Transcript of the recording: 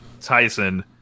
Tyson